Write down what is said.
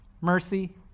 mercy